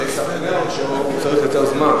הוא צריך יותר זמן,